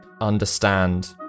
understand